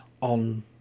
on